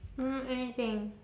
mm anything